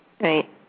right